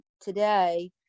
today